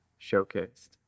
showcased